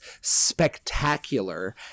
spectacular